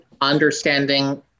understanding